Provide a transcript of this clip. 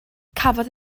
cafodd